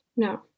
No